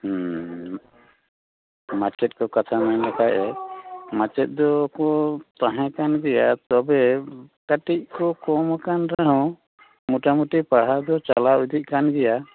ᱢᱟᱪᱮᱫ ᱠᱚ ᱠᱟᱛᱷᱟ ᱢᱮᱱ ᱞᱮᱠᱷᱟᱡ ᱮ ᱢᱮᱪᱮᱫ ᱫᱚ ᱠᱚ ᱛᱟᱦᱮᱸ ᱠᱟᱱ ᱜᱮᱭᱟ ᱛᱚᱵᱮ ᱠᱟᱹᱴᱤᱡ ᱠᱚ ᱠᱚᱢ ᱟᱠᱟᱱ ᱨᱮᱦᱚᱸ ᱢᱳᱴᱟ ᱢᱩᱴᱤ ᱯᱟᱲᱦᱟᱣ ᱫᱚ ᱪᱟᱞᱟᱣ ᱤᱫᱤᱜ ᱠᱟᱱ ᱜᱮᱭᱟ